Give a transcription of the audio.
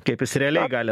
kaip jis realiai gali